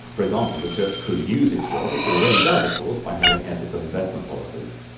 for example, the church could use its wealth it already does of course, by having ethical investment policies.